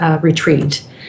retreat